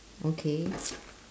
okay